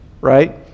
right